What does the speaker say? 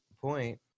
point